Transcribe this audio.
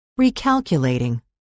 recalculating